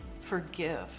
forgive